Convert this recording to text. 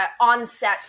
onset